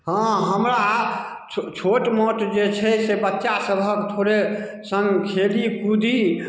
हँ हमरा छोट मोट जे छै से बच्चा सभक थोड़े सङ्ग खेली कूदी